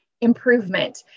improvement